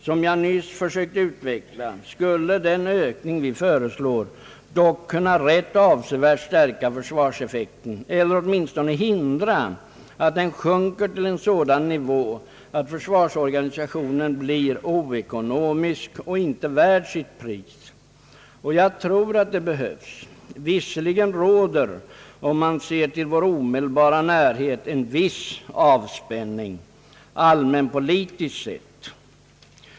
Som jag nyss försökte utveckla skulle den ökning vi föreslår dock kunna rätt avsevärt stärka försvarseffekten eller åtminstone hindra att den sjunker till en sådan nivå att försvarsorganisationen blir oekonomisk och inte värd sitt pris. Och jag tror att det behövs. Visserligen råder — om man ser till vår omedelbara närhet — en viss avspänning, allmänpolitiskt sett.